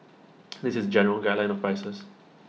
this is general guideline of prices